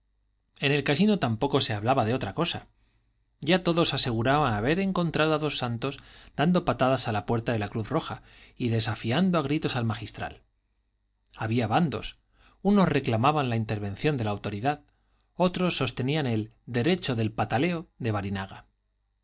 en el casino tampoco se hablaba de otra cosa ya todos aseguraban haber encontrado a don santos dando patadas a la puerta de la cruz roja y desafiando a gritos al magistral había bandos unos reclamaban la intervención de la autoridad otros sostenían el derecho del pataleo de barinaga